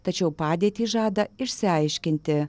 tačiau padėtį žada išsiaiškinti